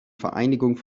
vereinigung